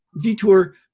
detour